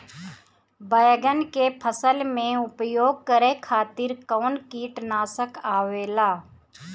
बैंगन के फसल में उपयोग करे खातिर कउन कीटनाशक आवेला?